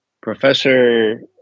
Professor